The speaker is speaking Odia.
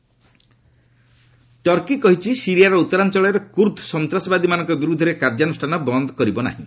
ଟର୍କୀ ସିରିଆ ଟର୍କୀ କହିଛି ସିରିଆର ଉତ୍ତରାଞ୍ଚଳରେ କୁର୍ଦ୍ଧ ସନ୍ତ୍ରାସବାଦୀମାନଙ୍କ ବିରୁଦ୍ଧରେ କାର୍ଯ୍ୟାନୁଷ୍ଠାନ ବନ୍ଦ କରିବ ନାହିଁ